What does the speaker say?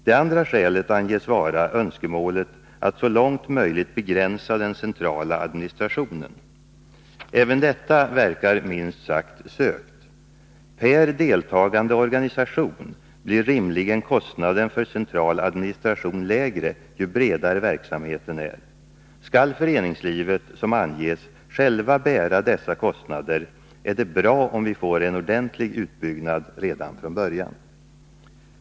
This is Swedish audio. Det andra skälet anges vara önskemålet att så långt möjligt begränsa den centrala administrationen. Även detta verkar minst sagt sökt. Per deltagande organisation blir rimligen kostnaden för central administration lägre, ju bredare verksamheten är. Skall föreningslivet, som anges, självt bära dessa kostnader, är det bra om vi får en ordenlig utbyggnad redan från början.